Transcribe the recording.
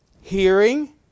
Hearing